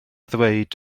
ddweud